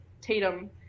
Tatum